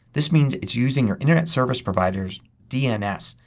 this means it's using your internet service provider's dns.